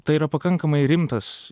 tai yra pakankamai rimtas